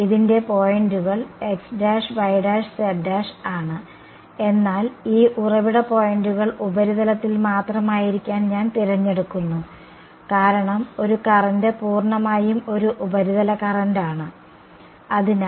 ഇതിന്റെ പോയിന്റുകൾ xyz ആണ് എന്നാൽ ഈ ഉറവിട പോയിന്റുകൾ ഉപരിതലത്തിൽ മാത്രമായിരിക്കാൻ ഞാൻ തിരഞ്ഞെടുക്കുന്നു കാരണം ഒരു കറന്റ് പൂർണ്ണമായും ഒരു ഉപരിതല കറന്റ് ആണ് അതിനാൽ